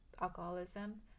alcoholism